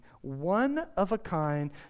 one-of-a-kind